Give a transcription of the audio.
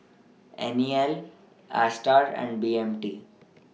N E L ASTAR and B M T